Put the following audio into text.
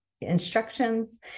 instructions